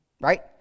right